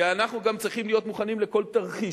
כי אנחנו גם צריכים להיות מוכנים לכל תרחיש,